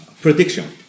prediction